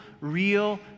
real